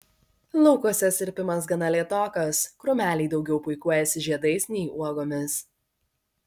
laukuose sirpimas gana lėtokas krūmeliai daugiau puikuojasi žiedais nei uogomis